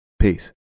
Peace